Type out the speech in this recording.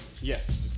Yes